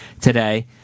today